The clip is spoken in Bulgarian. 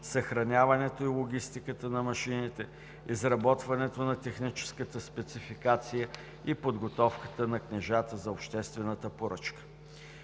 съхраняването и логистиката на машините, изработването на техническата спецификация и подготовката на книжата за обществената поръчка.